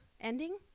ending